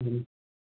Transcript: हुन्छ